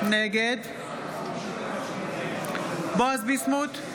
נגד בועז ביסמוט,